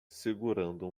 segurando